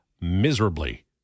miserably